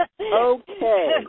Okay